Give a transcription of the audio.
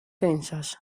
tensas